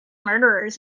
murderers